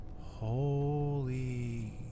Holy